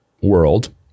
world